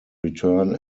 return